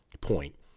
point